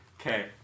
okay